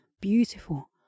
beautiful